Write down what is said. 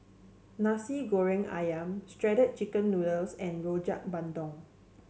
Nasi Goreng ayam Shredded Chicken Noodles and Rojak Bandung